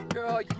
Girl